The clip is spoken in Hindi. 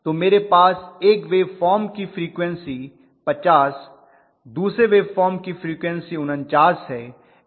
तो मेरे पास एक वेवफॉर्म की फ्रीक्वन्सी 50 दूसरे वेवफॉर्म की फ्रीक्वन्सी 49 हैं